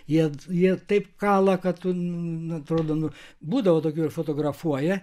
jie jie taip kala kad tu atrodo nu būdavo tokių ir fotografuoja